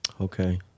Okay